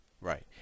Right